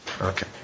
okay